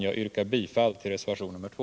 Jag yrkar bifall till reservationen 2.